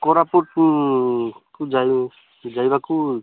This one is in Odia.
କୋରାପୁଟ କୁ ଯାଇ ଯାଇବାକୁ